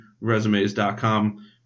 Resumes.com